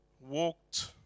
walked